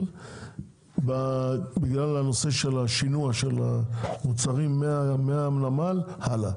בגלל נושא שינוע המוצרים מהמל הלאה.